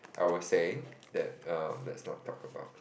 I was saying that um let's not talk about